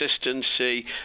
consistency